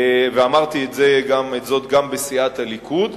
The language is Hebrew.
אמרתי את זה גם בסיעת הליכוד: